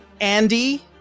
Andy